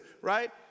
right